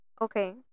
Okay